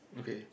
okay